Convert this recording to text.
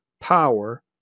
power